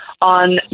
on